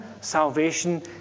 salvation